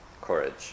courage